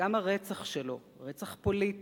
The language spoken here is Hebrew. וגם הרצח שלו, רצח פוליטי,